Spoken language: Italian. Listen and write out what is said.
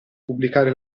pubblicare